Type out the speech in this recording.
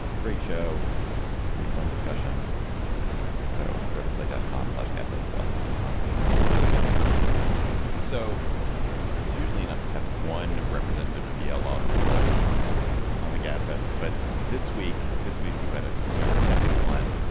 great show will be fun discussion so go to slate dot com slash gabfest plus become a member today so it's usually enough to have one representative of yale law school on the gab fest but this week this week you get. we've got a second one.